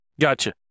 Gotcha